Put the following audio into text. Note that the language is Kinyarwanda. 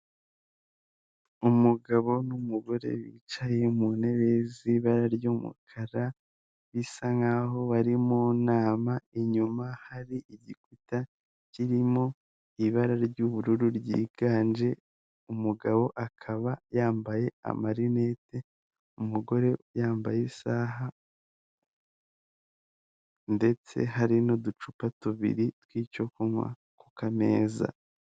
Umugabo n'umugore bicaye mu ntebe z'ibara ry'umukara, bisa nkaho bari mu nama inyuma hari igikuta kirimo ibara ry'ubururu ryiganje, umugabo akaba yambaye amarinete umugore yambaye isaha, ndetse hari n'uducupa tubiriw'icyo kunywa ku kameza.